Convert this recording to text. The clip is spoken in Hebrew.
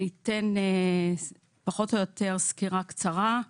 אני אתן פחות או יותר סקירה קצרה.